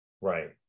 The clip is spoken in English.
Right